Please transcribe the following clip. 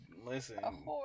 listen